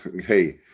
Hey